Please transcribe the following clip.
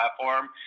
platform